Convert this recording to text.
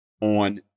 on